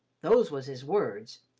those was his words,